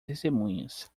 testemunhas